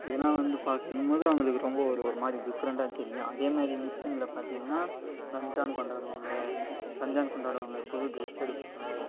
இதெல்லாம் வந்து பார்க்கயிலும்போது அவங்களுக்கு ரொம்ப ஒரு ஒரு மாதிரி டிஃப்ரெண்டாக தெரியும் அதேமாதிரி முஸ்லீமில் பார்த்தீங்கன்னா ரம்ஜான் கொண்டாடுவாங்க ரம்ஜான் கொண்டாடுவாங்க புது டிரஸ் எடுப்பாங்க